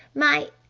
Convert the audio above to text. my.